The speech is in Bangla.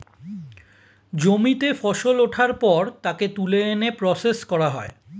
জমিতে ফসল ওঠার পর তাকে তুলে এনে প্রসেস করা হয়